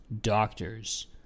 doctors